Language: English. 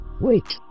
wait